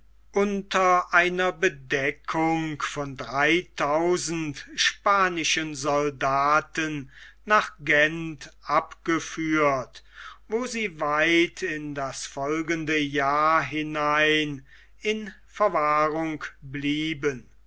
unter einer bedeckung von dreitausend spanischen soldaten nach gent abgeführt wo sie weit in das folgende jahr hinein in verwahrung blieben